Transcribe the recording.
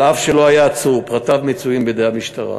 אף שלא היה עצור, פרטיו מצויים בידי המשטרה.